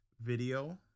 video